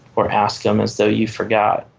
or ask them as though you forgot.